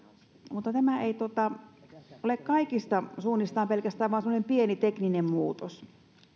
mutta tämä ei ole kaikista suunnistaan vain semmoinen pieni tekninen muutos